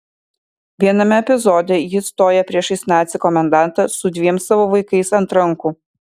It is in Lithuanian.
viename epizode ji stoja priešais nacį komendantą su dviem savo vaikais ant rankų